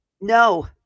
no